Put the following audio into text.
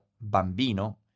Bambino